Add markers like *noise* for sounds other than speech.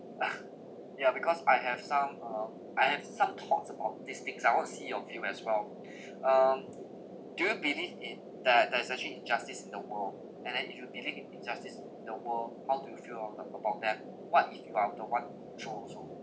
*noise* ya because I have some uh I have some thoughts about these things I want to see your view as well *breath* um do you believe in there there is actually injustice in the world and if you believe in injustice in the world how do you feel over about that what if you are the one who control also